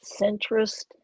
centrist